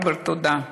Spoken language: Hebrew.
רוברט, תודה,